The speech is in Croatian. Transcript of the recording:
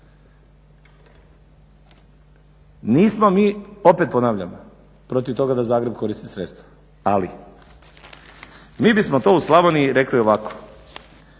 Nismo mi opet ponavljam protiv toga da Zagreb koristi sredstva, ali mi bismo to u Slavoniji rekli ovako.